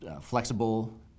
flexible